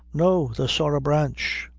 no, the sorra branch.